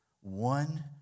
one